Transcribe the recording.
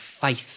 faith